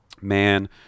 Man